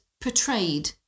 portrayed